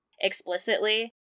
explicitly